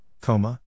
coma